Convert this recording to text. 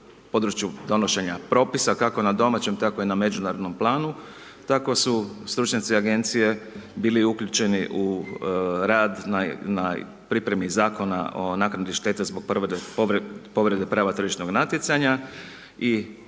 području donošenja propisa kako na domaćem tako i na međunarodnom planu. Tako su stručnjaci agencije bili uključeni u rad na pripremi Zakona o naknadi štete zbog povrede prava tržišnog natjecanja i